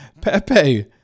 Pepe